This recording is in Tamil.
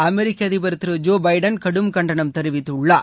அமெரிக்க அதிபர் திரு ஜோ பைடன் கடும் கண்டனம் தெரிவித்துள்ளார்